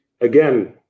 again